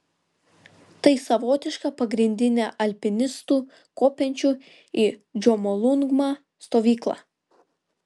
tai savotiška pagrindinė alpinistų kopiančių į džomolungmą stovykla